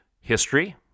history